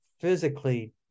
physically